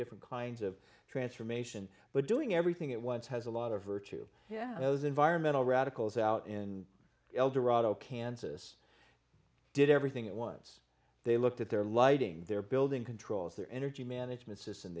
different kinds of transformation but doing everything at once has a lot of virtue yeah those environmental radicals out in eldorado kansas did everything at once they looked at their lighting their building controls their energy management system